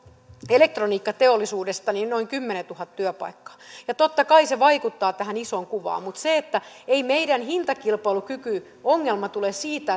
elektroniikkateollisuudesta noin kymmenentuhatta työpaikkaa ja totta kai se vaikuttaa tähän isoon kuvaan mutta ei meidän hintakilpailukykyongelma tule siitä